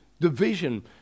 division